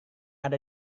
ada